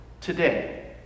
today